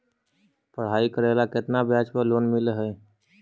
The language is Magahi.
पढाई करेला केतना ब्याज पर लोन मिल हइ?